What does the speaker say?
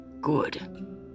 Good